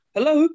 Hello